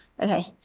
Okay